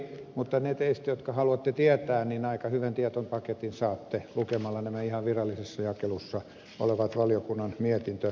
mutta ne teistä jotka haluatte tietää niin aika hyvän tietopaketin saatte lukemalla nämä ihan virallisessa jakelussa olevat valiokunnan mietintöpaperit